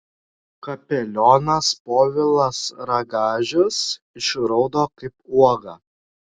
kapelionas povilas ragažius išraudo kaip uoga